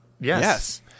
yes